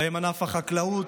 ובהם ענף החקלאות,